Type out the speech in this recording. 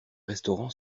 restaurant